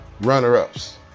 runner-ups